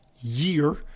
year